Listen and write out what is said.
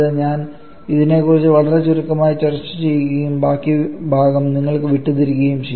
ഞാൻ ഇതിനെക്കുറിച്ച് വളരെ ചുരുക്കമായി ചർച്ച ചെയ്യുകയും ബാക്കി ഭാഗം നിങ്ങൾക്ക് വിട്ടുതരുകയും ചെയ്യും